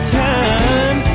time